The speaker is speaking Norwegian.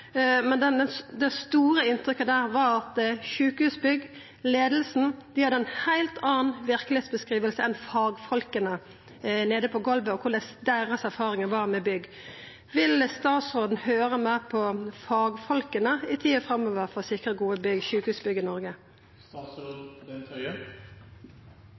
Men det store inntrykket derfrå var at Sykehusbygg, leiinga, hadde ei heilt anna verkelegheitsbeskriving enn fagfolka på golvet og korleis deira erfaringar var med bygg. Vil statsråden høyra meir på fagfolka i tida framover for å sikra gode sjukehusbygg i Noreg?